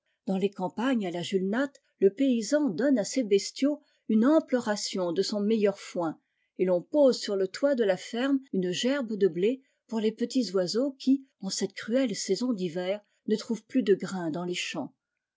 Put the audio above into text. dans les campagnes à la julnat le paysan donne à ses bestiaux une ample ration de son meilleur foin et l'on pose sur le toit de la ferme une gerbe de blé pour les petits oiseaux qui en cette cruelle saison d'hiver ne trouvent plus de grains dans les champs